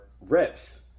reps